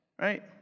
right